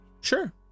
Sure